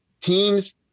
teams